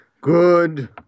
Good